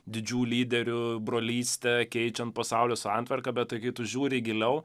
didžių lyderių brolystę keičiant pasaulio santvarką bet tai kai tu žiūri giliau